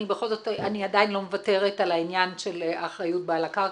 אני עדיין לא מוותרת על העניין של אחריות בעל הקרקע.